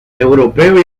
europeo